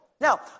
Now